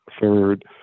third